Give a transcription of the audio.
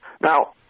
Now